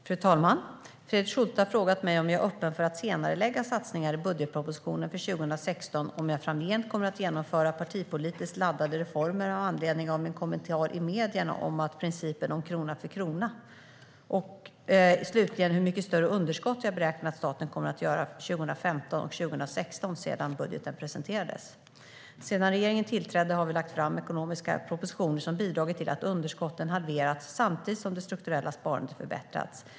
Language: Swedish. Fru talman! Fredrik Schulte har frågat mig om jag är öppen för att senarelägga satsningar i budgetpropositionen för 2016, om jag framgent kommer att genomföra partipolitiskt laddade reformer med anledning av min kommentar i medierna om principen om krona för krona och slutligen hur mycket större underskott jag beräknar att staten kommer att göra för 2015 och 2016 sedan budgeten presenterades. Sedan regeringens tillträde har vi lagt fram ekonomiska propositioner som har bidragit till att underskotten har halverats samtidigt som det strukturella sparandet har förbättrats.